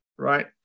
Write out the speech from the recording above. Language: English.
right